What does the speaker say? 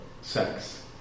sex